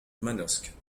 manosque